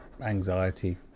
anxiety